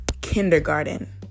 kindergarten